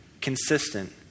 consistent